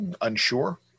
unsure